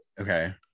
Okay